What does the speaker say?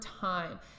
time